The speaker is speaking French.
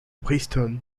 princeton